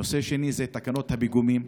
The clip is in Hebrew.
נושא שני זה תקנות הפיגומים.